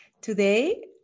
today